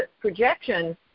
projection